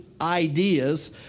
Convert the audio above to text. ideas